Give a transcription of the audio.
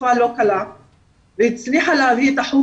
בתקופה לא קלה והצליחה להביא את החוג